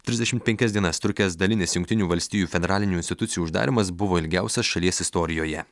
trisdešimt penkias dienas trukęs dalinis jungtinių valstijų federalinių institucijų uždarymas buvo ilgiausias šalies istorijoje